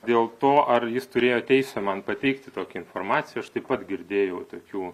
dėl to ar jis turėjo teisę man pateikti tokią informacijos taip pat girdėjau tokių